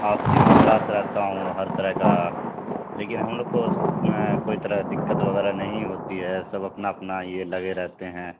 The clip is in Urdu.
آپسی معاملات رکھتا ہوں ہر طرح کا لیکن ہم لوگ کو اس میں کوئی طرح دقت وغیرہ نہیں ہوتی ہے سب اپنا اپنا یہ لگے رہتے ہیں